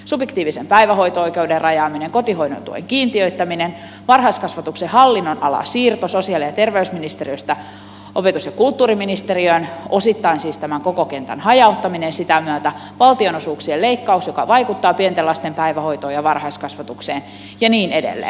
subjektiivisen päivähoito oi keuden rajaaminen kotihoidon tuen kiintiöittäminen varhaiskasvatuksen hallinnonalan siirto sosiaali ja terveysministeriöstä opetus ja kulttuuriministeriöön osittain siis tämän koko kentän hajauttaminen sitä myötä valtionosuuksien leikkaus joka vaikuttaa pienten lasten päivähoitoon ja varhaiskasvatukseen ja niin edelleen